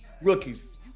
rookies